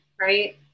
right